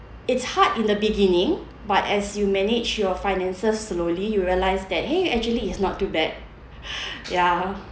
it's hard in the beginning but as you manage your finances slowly you realise that !hey! actually it's not too bad ya